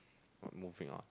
moving on